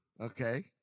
Okay